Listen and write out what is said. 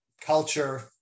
culture